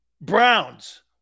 Browns